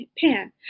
pan